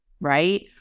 right